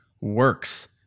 works